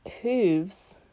hooves